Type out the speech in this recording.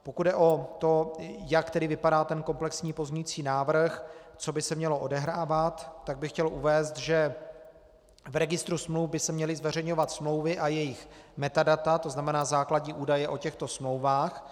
Pokud jde o to, jak vypadá komplexní pozměňující návrh, co by se mělo odehrávat, tak bych chtěl uvést, že v registru smluv by se měly zveřejňovat smlouvy a jejich metadata, tzn. základní údaje o těchto smlouvách.